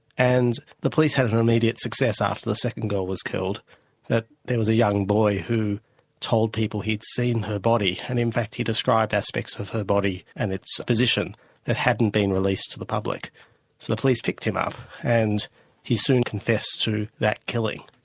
and the police had an immediate success after the second girl was killed that there was a young boy who told people he'd seen her body, and in fact he described aspects of her body and its position that hadn't been released to the public. so the police picked him up and he soon confessed to that killing.